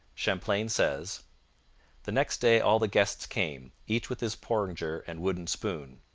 champlain says the next day all the guests came, each with his porringer and wooden spoon.